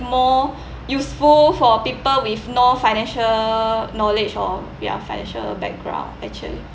more useful for people with no financial knowledge or ya financial background actually